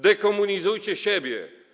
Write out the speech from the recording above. Dekomunizujcie siebie.